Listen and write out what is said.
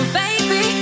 baby